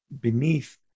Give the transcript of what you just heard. beneath